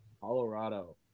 Colorado